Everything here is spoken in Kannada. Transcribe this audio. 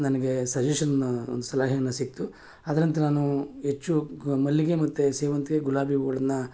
ನನಗೆ ಸಜೆಷನ್ ಒಂದು ಸಲಹೆಯನ್ನು ಸಿಕ್ಕಿತು ಅದರಂತೆ ನಾನೂ ಹೆಚ್ಚು ಗ ಮಲ್ಲಿಗೆ ಮತ್ತು ಸೇವಂತಿಗೆ ಗುಲಾಬಿ ಹೂಗಳನ್ನು